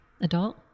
adult